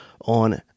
on